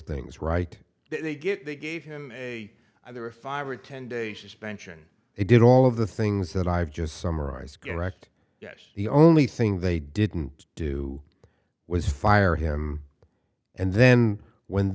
things right they get they gave him either a five or ten day suspension they did all of the things that i've just summarized correct yes the only thing they didn't do was fire him and then when